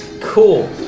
Cool